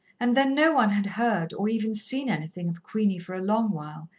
and then no one had heard or even seen anything of queenie for a long while,